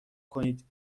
کنید